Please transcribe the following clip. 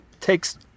takes